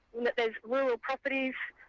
and there's rural properties,